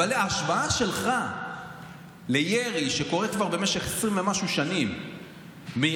אבל ההשוואה שלך בין ירי שקורה כבר במשך 20 ומשהו שנים מעזה,